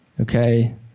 Okay